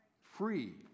free